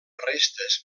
restes